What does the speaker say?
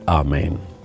Amen